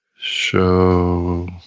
show